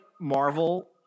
Marvel